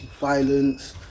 violence